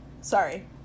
Sorry